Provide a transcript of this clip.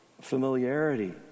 familiarity